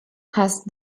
has